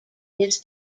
this